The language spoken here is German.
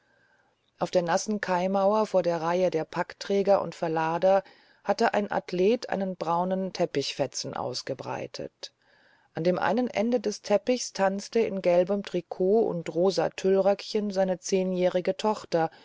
auf der nassen kaimauer vor der reihe der packträger und verlader hatte ein athlet einen braunen teppichfetzen ausgebreitet an dem einen ende des teppichs tanzte in gelbem trikot und rosa tüllröckchen seine zehnjährige tochter